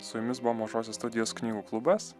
su jumis buvo mažosios studijos knygų klubas